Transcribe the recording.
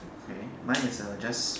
okay mine is uh just